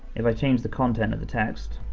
if i change the content of the text,